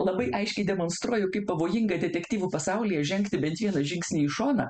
labai aiškiai demonstruoju kaip pavojinga detektyvų pasaulyje žengti bent vieną žingsnį į šoną